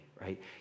right